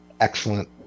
Excellent